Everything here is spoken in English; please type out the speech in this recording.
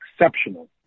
exceptional